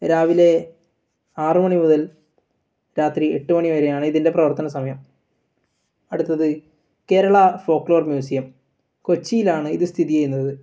രാവിലെ ആറുമണി മുതൽ രാത്രി എട്ട് മണി വരെയാണ് ഇതിൻ്റെ പ്രവർത്തനസമയം അടുത്തത് കേരള ഫോൾക്ലോർ മ്യൂസിയം കൊച്ചിയിലാണ് ഇത് ചെയ്യുന്നത്